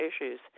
issues